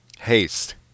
Haste